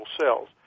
cells